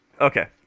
Okay